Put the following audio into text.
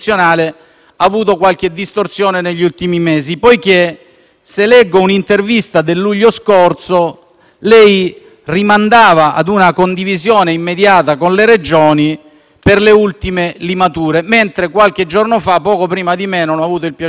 in un'intervista del luglio scorso lei rimandava ad una condivisione immediata con le Regioni per le ultime limature, mentre qualche giorno fa era a Verona - poco prima di me, non ho avuto il piacere di incontrarla - alla manifestazione